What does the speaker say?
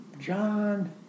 John